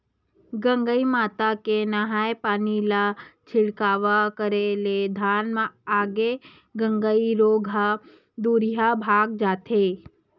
गंगई माता के नंहाय पानी ला छिड़काव करे ले धान म लगे गंगई रोग ह दूरिहा भगा जथे